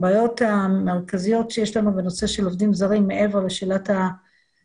הבעיות המרכזיות שיש לנו בנושא של עובדים זרים מעבר לשאלת המחסור,